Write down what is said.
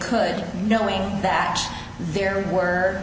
could knowing that there were